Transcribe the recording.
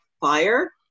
fire